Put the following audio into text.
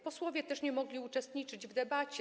Posłowie nie mogli uczestniczyć w debacie.